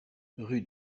rue